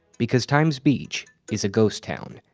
because times beach is a ghost town.